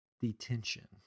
Detention